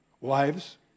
Wives